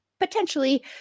potentially